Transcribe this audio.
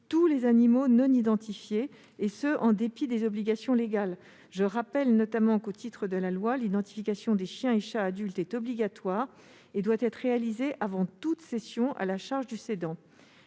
tous les animaux non identifiés, et ce en dépit des obligations légales. Je rappelle notamment que, au titre de la loi, l'identification des chiens et chats adultes est obligatoire et doit être réalisée à la charge du cédant